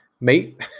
mate